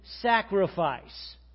sacrifice